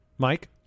mike